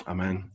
Amen